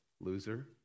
loser